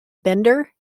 bender